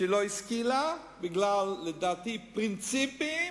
שהיא לא השכילה, לדעתי בגלל פרינציפים,